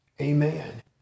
Amen